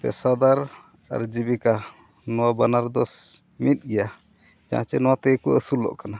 ᱯᱮᱥᱟᱫᱟᱨ ᱟᱨ ᱡᱤᱵᱤᱠᱟ ᱱᱚᱣᱟ ᱵᱟᱱᱟᱨ ᱫᱚᱥ ᱢᱤᱫ ᱜᱮᱭᱟ ᱡᱟᱦᱟᱸ ᱪᱮᱫ ᱱᱚᱣᱟ ᱛᱮᱜᱮ ᱠᱚ ᱟᱹᱥᱩᱞᱚᱜ ᱠᱟᱱᱟ